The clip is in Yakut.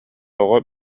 оҕо